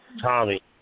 Tommy